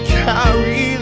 carry